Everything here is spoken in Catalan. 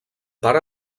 part